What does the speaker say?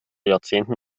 jahrzehnten